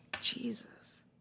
Jesus